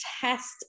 test